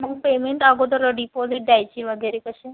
मग पेमेंट अगोदर डिपॉजिट द्यायची वगैरे कसे